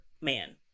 man